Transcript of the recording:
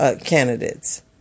candidates